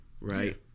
right